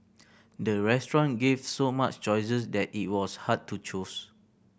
the restaurant gave so much choices that it was hard to choose